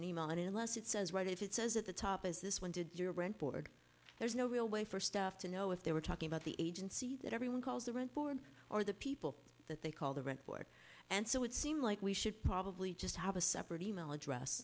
an e mail and unless it says right if it says at the top as this one did your rent board there's no real way for stuff to know if they were talking about the agency that everyone calls the rent or the people that they call the rent board and so it seemed like we should probably just have a separate e mail address